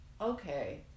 okay